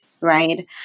Right